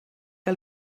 que